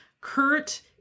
Kurt